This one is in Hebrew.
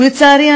ולצערי,